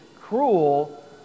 cruel